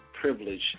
privilege